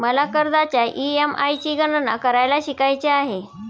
मला कर्जाच्या ई.एम.आय ची गणना करायला शिकायचे आहे